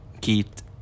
Keith